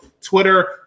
Twitter